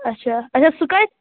اچھا اچھا سُہ کتہِ